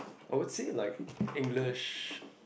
I would say like English